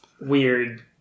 weird